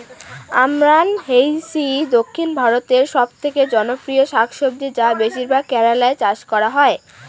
আমরান্থেইসি দক্ষিণ ভারতের সবচেয়ে জনপ্রিয় শাকসবজি যা বেশিরভাগ কেরালায় চাষ করা হয়